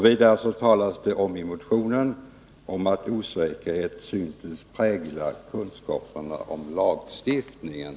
Vidare talades det i motionen om att osäkerhet syns prägla kunskaperna om lagstiftningen.